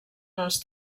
els